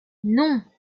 non